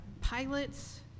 pilots